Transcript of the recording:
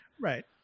Right